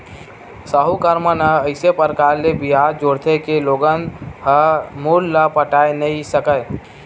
साहूकार मन ह अइसे परकार ले बियाज जोरथे के लोगन ह मूल ल पटाए नइ सकय